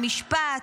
משפט,